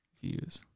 views